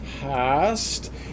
past